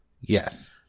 Yes